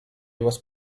was